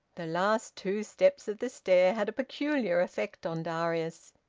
the last two steps of the stair had a peculiar effect on darius.